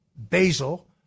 Basil